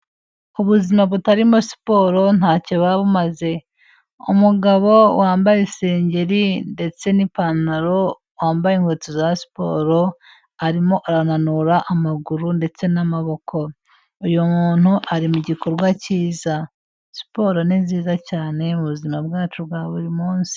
Ubuzima butarimo siporo ntacyo buba bumaze! Umugabo wambaye isengeri ndetse n'ipantaro, wambaye inkweto za siporo arimo arananura amaguru ndetse n'amaboko, uyu muntu ari mu gikorwa cyiza, siporro ni nziza cyane mu buzima bwacu bwa buri munsi.